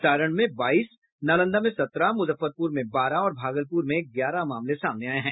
सारण में बाईस नालंदा में सत्रह मुजफ्फरपुर में बारह और भागलपुर में ग्यारह मामले सामने आये हैं